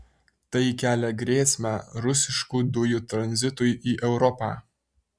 tai kelia grėsmę rusiškų dujų tranzitui į europą